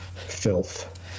filth